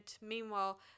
meanwhile